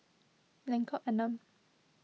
Lengkok Enam